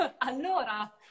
Allora